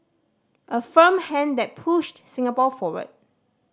a firm hand that pushed Singapore forward